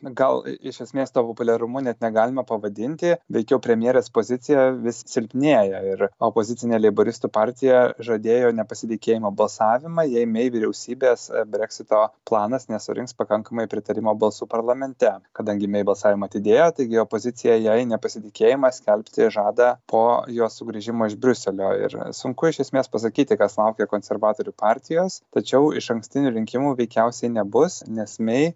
gal iš esmės to populiarumu net negalima pavadinti veikiau premjerės pozicija vis silpnėja ir opozicinė leiboristų partija žadėjo nepasitikėjimo balsavimą jei mey vyriausybės breksito planas nesurinks pakankamai pritarimo balsų parlamente kadangi mey balsavimą atidėjo taigi opozicija jei nepasitikėjimą skelbti žada po jos sugrįžimo iš briuselio ir sunku iš esmės pasakyti kas laukia konservatorių partijos tačiau išankstinių rinkimų veikiausiai nebus nes mey